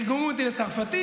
תרגמו אותי לצרפתית,